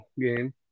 game